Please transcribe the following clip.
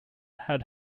had